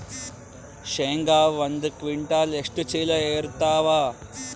ಶೇಂಗಾ ಒಂದ ಕ್ವಿಂಟಾಲ್ ಎಷ್ಟ ಚೀಲ ಎರತ್ತಾವಾ?